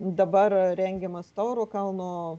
dabar rengiamas tauro kalno